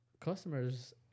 customers